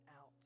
out